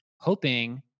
hoping